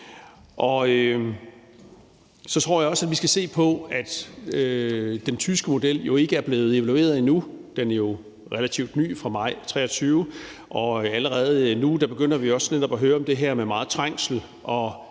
Så tror jeg også, at vi skal se på, at den tyske model jo ikke er blevet evalueret endnu. Den er jo relativt ny – den er fra maj 2023 – og allerede nu begynder vi også netop at høre om det her med meget trængsel,